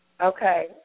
Okay